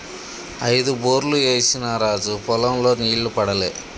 ఐదు బోర్లు ఏసిన రాజు పొలం లో నీళ్లు పడలే